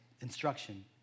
instruction